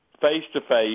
face-to-face